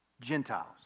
Gentiles